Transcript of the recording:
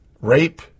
Rape